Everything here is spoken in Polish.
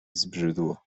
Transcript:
zbrzydło